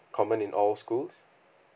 common in all schools